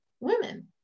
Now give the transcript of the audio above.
women